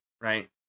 Right